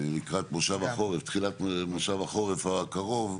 חבל שהמפקח על הבחירות לא נמצא פה.